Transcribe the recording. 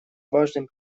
важным